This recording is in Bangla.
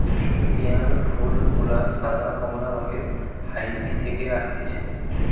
স্কেয়ান ফুল গুলা সাদা, কমলা রঙের হাইতি থেকে অসতিছে